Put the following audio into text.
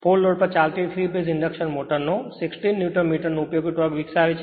full load પર ચાલતી 3 phase induction motor 60 newton મીટરનો ઉપયોગી ટોર્ક વિકસાવે છે